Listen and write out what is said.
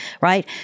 right